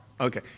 Okay